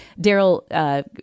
Daryl